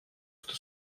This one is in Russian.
что